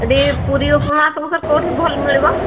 ସେଠି ପୁରି ଉପମା ସବୁ ସାର୍ କେଉଁଠି ଭଲ ମିଳିବ